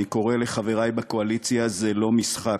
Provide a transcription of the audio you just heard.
אני קורא לחברי בקואליציה: זה לא משחק,